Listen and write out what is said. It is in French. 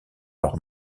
leur